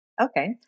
Okay